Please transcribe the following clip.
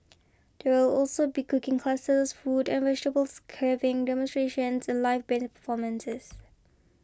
there will also be cooking classes fruit and vegetables carving demonstrations and live band performances